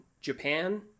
japan